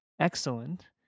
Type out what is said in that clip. excellent